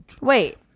wait